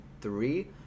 three